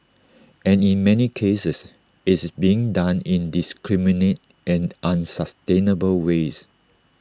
and in many cases it's being done in indiscriminate and unsustainable ways